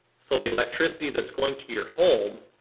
so the electricity that's going to your home,